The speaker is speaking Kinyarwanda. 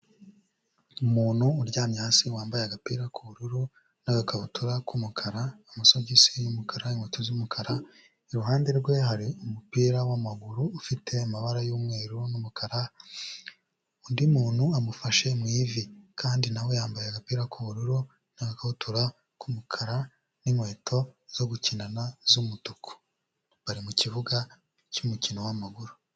Umuntu uryamye hasi wambaye agapira k'ubururu n'agakabutura k'umukara, amasogisi y'umukara, inkweto z'umukara, iruhande rwe hari umupira w'amaguru ufite amabara y'umweru n'umukara, undi muntu amufashe mu ivi kandi na we yambaye agapira k'ubururu n'agakabutura k'umukara n'inkweto zo gukinana z'umutuku. Bari mu kibuga cy'umukino w'amaguru.